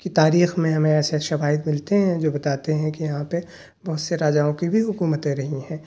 کی تاریخ میں ہمیں ایسے شواہد ملتے ہیں جو بتاتے ہیں کہ یہاں پہ بہت سے راجاؤں کی بھی حکومتیں رہی ہیں